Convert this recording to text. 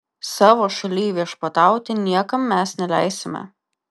savo šalyj viešpatauti niekam mes neleisime